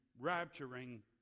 rapturing